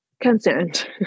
concerned